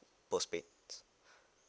postpaid